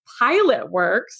Pilotworks